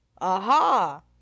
Aha